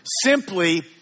simply